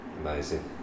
Amazing